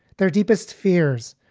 their deepest fears,